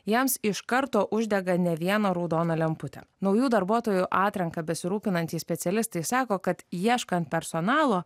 jiems iš karto uždega ne vieną raudoną lemputę naujų darbuotojų atranka besirūpinantys specialistai sako kad ieškant personalo